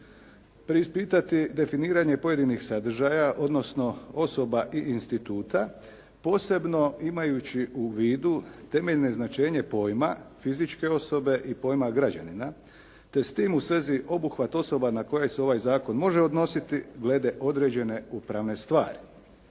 Preispitati definiranje pojedinih sadržaja, odnosno osoba i instituta, posebno imajući u vidu temeljno značenje pojma fizičke osobe i pojma građanina te s tim u svezi obuhvat osoba na koje se ovaj zakon može odnositi glede određene upravne stvari.